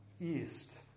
east